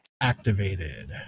Activated